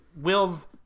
Will's